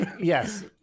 Yes